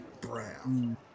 Brown